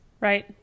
Right